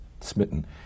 Smitten